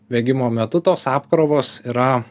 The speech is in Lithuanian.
bėgimo metu tos apkrovos yra